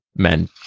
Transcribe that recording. men